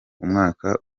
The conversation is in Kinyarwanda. umwaka